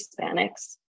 Hispanics